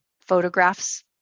photographs